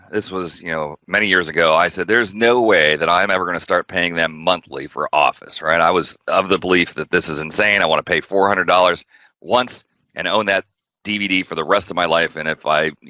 this was, you know, many years ago, i said there's no way that i'm ever going to start paying them monthly for office. right, i was of the belief that this is insane, i want to pay four hundred dollars once and own that dvd for the rest of my life and if i, you